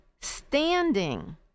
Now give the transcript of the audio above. standing